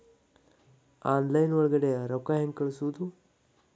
Online ಒಳಗಡೆ ರೊಕ್ಕ ಹೆಂಗ್ ಕಳುಹಿಸುವುದು?